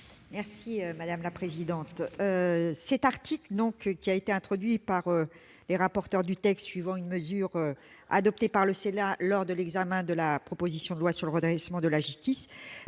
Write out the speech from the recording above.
l'amendement n° 42. Cet article, qui a été introduit par les rapporteurs du texte, s'inspirant d'une mesure adoptée par le Sénat lors de l'examen de la proposition de loi sur le redressement de la justice,